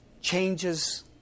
changes